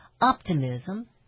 Optimism